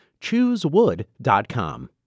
Choosewood.com